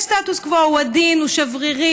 יש סטטוס קוו, הוא עדין, הוא שברירי,